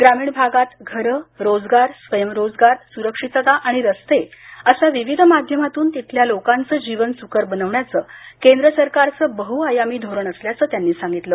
ग्रामीण भागात घरं रोजगार स्वयंरोजगार सुरक्षितता आणि रस्ते अशा विविध माध्यमातून तिथल्या लोकांच जीवन सुकर बनविण्याच केंद्र सरकारचं बहुआयामी धोरण असल्याचं त्यांनी सांगितलं